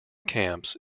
camps